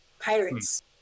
pirates